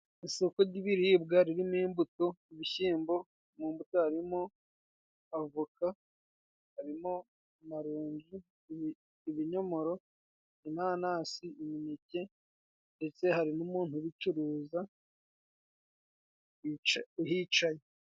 Isoko ry'ibiribwa ririmo imbuto, ibishyimbo. Mu mbuto harimo: Avoka, harimo amaronji, ibinyomoro, inanasi, Imineke ,ndetse hari n'umuntu ubicuruza uhicaye.